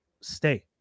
stay